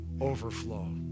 overflow